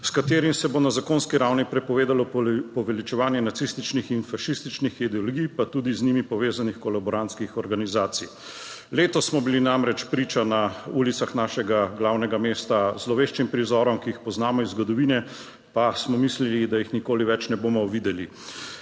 s katerim se bo na zakonski ravni prepovedalo poveličevanje nacističnih in fašističnih ideologij, pa tudi z njimi povezanih kolaborantskih organizacij. Letos smo bili namreč priča na ulicah našega glavnega mesta zloveščim prizorom, ki jih poznamo iz zgodovine, pa smo mislili, da jih nikoli več ne bomo videli.